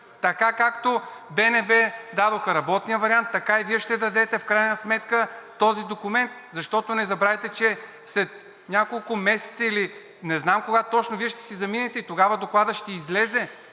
Така, както БНБ дадоха работния вариант, така и Вие ще дадете в крайна сметка този документ, защото, не забравяйте, че след няколко месеца, или не знам точно кога, Вие ще си заминете и тогава докладът ще излезе